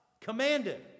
commanded